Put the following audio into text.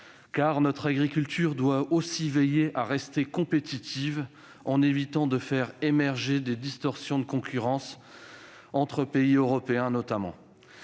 : notre agriculture doit aussi veiller à rester compétitive, en évitant de faire émerger des distorsions de concurrence, notamment entre pays européens. C'est